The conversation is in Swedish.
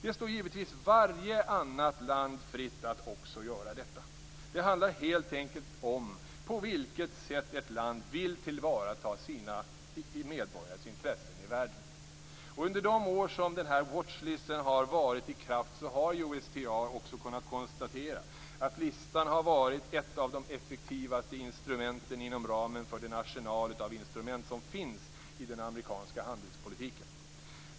Det står givetvis varje annat land fritt att också göra detta. Det handlar helt enkelt om på vilket sätt ett land vill tillvarata sina medborgares intressen i världen. Under de år som Watch List har varit i kraft har USTR också kunnat konstatera att listan har varit ett av de effektivaste instrumenten inom ramen för den arsenal av instrument som finns i den amerikanska handelspolitiken.